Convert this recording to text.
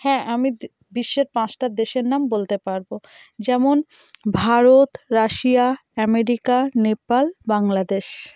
হ্যাঁ আমি বিশ্বের পাঁচটা দেশের নাম বলতে পারবো যেমন ভারত রাশিয়া আমেরিকা নেপাল বাংলাদেশ